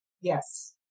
Yes